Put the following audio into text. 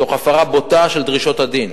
תוך הפרה בוטה של דרישות הדין,